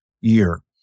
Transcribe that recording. year